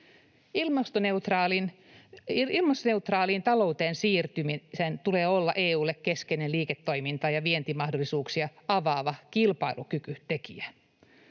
Ilmastoneutraaliin talouteen siirtymisen tulee olla EU:lle keskeinen liiketoiminta- ja vientimahdollisuuksia avaava kilpailukykytekijä.